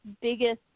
biggest